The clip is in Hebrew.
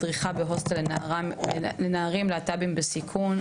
מדריכה בהוסטל לנערים להט״בים בסיכון.